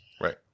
Right